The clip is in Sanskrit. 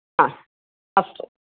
अस्तु